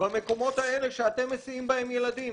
במקומות האלה שאתם מסיעים בהם ילדים.